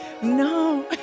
No